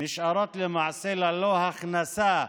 נשארות למעשה ללא הכנסה,